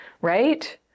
right